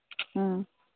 ꯎꯝ